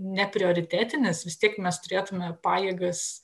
neprioritetinis vis tik mes turėtume pajėgas